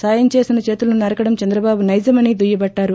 సాయం చేసిన చేతులను నరకడం చంద్రబాబు సైజమని దుయ్యబట్టారు